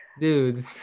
dude